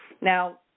Now